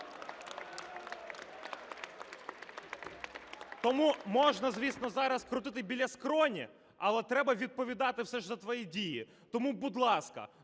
Тому можна, звісно, зараз крутити біля скроні, але треба відповідати все ж за свої дії. Тому, будь ласка,